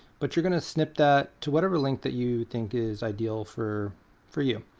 but you're going to snip that to whatever length that you think is ideal for for you.